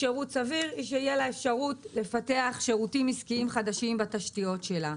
שיהיה לה אפשרות לפתח שירותים עסקיים חדשים בתשתיות שלה.